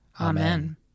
Amen